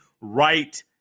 right